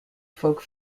folk